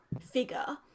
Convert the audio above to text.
figure